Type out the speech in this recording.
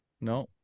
no